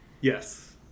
Yes